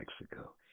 Mexico